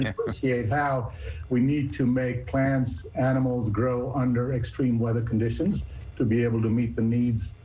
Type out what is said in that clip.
yeah appreciate how we need to make plants, animals grow under extreme weather conditions to be able to meet the needs,